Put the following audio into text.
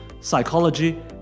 psychology